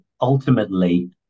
Ultimately